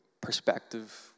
perspective